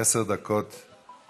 עשר דקות לרשותך.